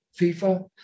FIFA